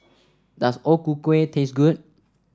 does O Ku Kueh taste good